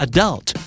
Adult